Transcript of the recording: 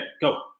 go